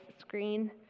screen